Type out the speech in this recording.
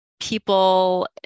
people